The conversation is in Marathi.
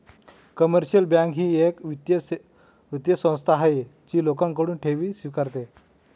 कमर्शियल बँक ही एक वित्तीय संस्था आहे जी लोकांकडून ठेवी स्वीकारते